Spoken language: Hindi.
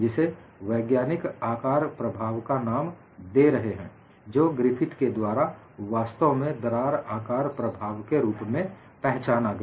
जिसे वैज्ञानिक आकार प्रभाव का नाम दे रहे हैं और जो ग्रिफिथ के द्वारा वास्तव में दरार आकार प्रभाव के रूप में पहचाना गया